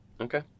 Okay